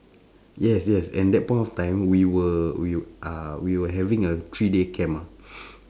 yes yes and that point of time we were we w~ ah we were having a three day camp ah